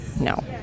no